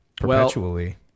perpetually